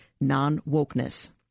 non-wokeness